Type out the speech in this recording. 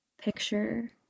picture